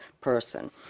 person